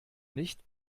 nicht